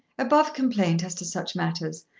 above complaint as to such matters,